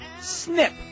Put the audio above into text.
Snip